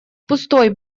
пустой